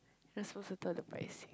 you're not supposed to tell the price